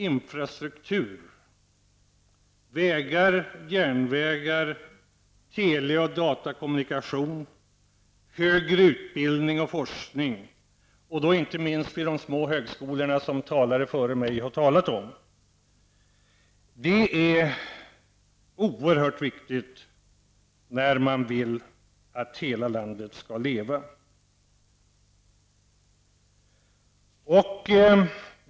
Infrastrukturen -- vägar, järnvägar, tele och datakommunikationer, högre utbildning och forskning, och då inte minst vid de små högskolorna, som talare före mig har berört -- är oerhört viktig när man vill att hela landet skall leva.